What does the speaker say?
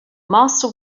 master